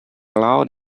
loud